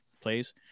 plays